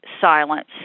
Silence